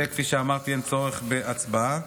בזה, כפי שאמרתי, אין צורך בהצבעה.